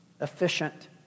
efficient